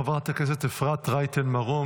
חברת הכנסת אפרת רייטן מרום,